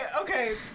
okay